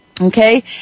Okay